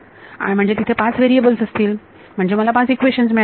म्हणजे तिथे पाच व्हेरिएबल असतील म्हणजे मला पाच इक्वेशन्स मिळायला हवीत